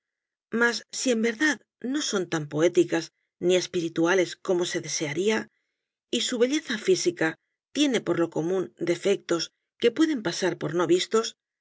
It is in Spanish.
mas si en verdad no son tan poéticas ni espirituales como se desearía y su belleza física tiene por lo común defectos que pueden pasar por no vistos